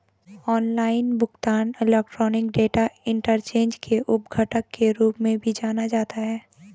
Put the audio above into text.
online भुगतान electronic data interchange के उप घटक के रूप में भी जाना जाता है